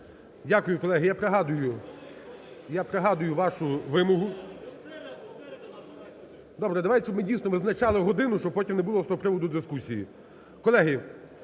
Дякую, колеги. Я пригадую, я пригадую вашу вимогу. Добре, давайте, щоб ми дійсно визначали годину, щоб потім не було з того приводу дискусій. Колеги,